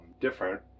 different